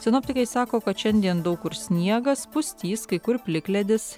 sinoptikai sako kad šiandien daug kur sniegas pustys kai kur plikledis